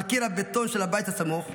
על קיר הבטון של הבית הסמוך,